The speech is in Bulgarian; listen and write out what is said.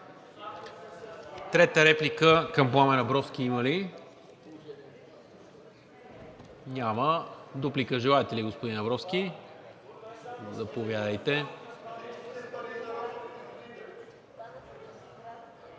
Трета реплика към Пламен Абровски има ли? Няма. Дуплика желаете ли, господин Абровски? Заповядайте.